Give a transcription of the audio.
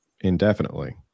indefinitely